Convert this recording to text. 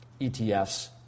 ETFs